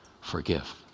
forgive